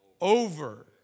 over